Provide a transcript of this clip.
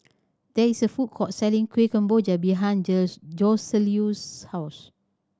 there is a food court selling Kuih Kemboja behind Joseluis' house